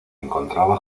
encontraba